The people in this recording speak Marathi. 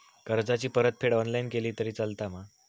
कर्जाची परतफेड ऑनलाइन केली तरी चलता मा?